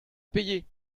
payer